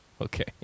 okay